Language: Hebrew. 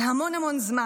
זה המון המון זמן.